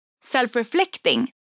self-reflecting